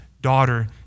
daughter